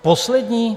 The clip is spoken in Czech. Poslední?